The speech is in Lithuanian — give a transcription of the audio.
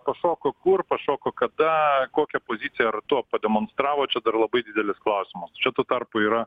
pašoko kur pašoko kada kokią poziciją ir tuo pademonstravo čia dar labai didelis klausimas čia tuo tarpu yra